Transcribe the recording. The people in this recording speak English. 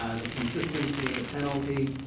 ah the consistency of the penalty,